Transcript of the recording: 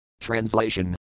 Translation